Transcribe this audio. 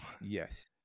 Yes